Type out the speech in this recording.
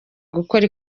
gukora